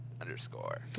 underscore